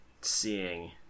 seeing